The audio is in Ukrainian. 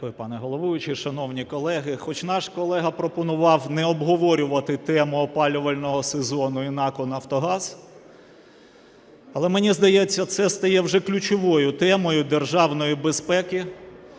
Дякую, пане головуючий. Шановні колеги, хоч наш колега пропонував не обговорювати тему опалювального сезону і НАК "Нафтогаз", але, мені здається, це стає вже ключовою темою державної безпеки,